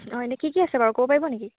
অঁ এনেই কি কি আছে বাৰু ক'ব পাৰিব নেকি